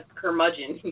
curmudgeon